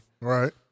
Right